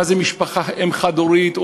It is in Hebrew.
מה זה אם חד-הורית,